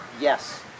yes